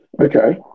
Okay